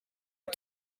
est